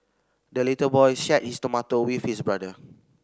the little boy shared his tomato with his brother